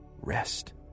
rest